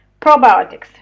Probiotics